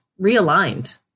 realigned